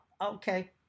okay